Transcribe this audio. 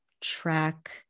track